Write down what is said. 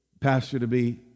pastor-to-be